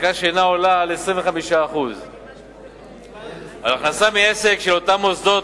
החזקה שאינה עולה על 25%. על הכנסה מעסק של אותם מוסדות,